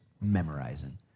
memorizing